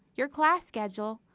your class schedule,